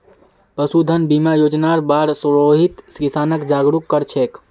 पशुधन बीमा योजनार बार रोहित किसानक जागरूक कर छेक